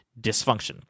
dysfunction